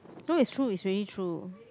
no it's true it's really true